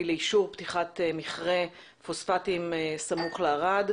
לאישור פתיחת מכרה פוספטים סמוך לערד,